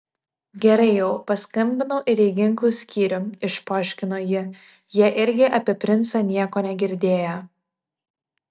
gerai jau paskambinau ir į ginklų skyrių išpoškino ji jie irgi apie princą nieko negirdėję